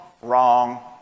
wrong